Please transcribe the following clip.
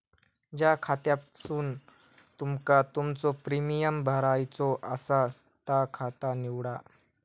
ज्या खात्यासून तुमका तुमचो प्रीमियम भरायचो आसा ता खाता निवडा